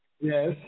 Yes